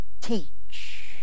Teach